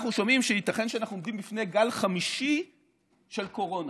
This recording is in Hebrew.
אנחנו שומעים שייתכן שאנחנו עומדים בפני גל חמישי של קורונה.